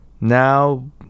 now